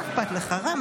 מה אכפת לך, רם?